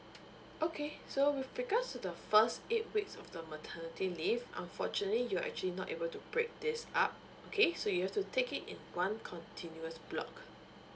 okay so with regards to the first eight weeks of the maternity leave unfortunately you are actually not able to break this up okay so you have to take it in one continuous block